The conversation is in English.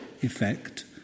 effect